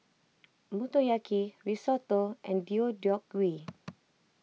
Motoyaki Risotto and Deodeok Gui